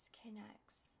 connects